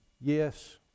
Yes